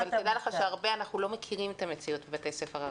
אבל תדע לך שהרבה אנחנו לא מכירים את המציאות בבתי-ספר הערבים.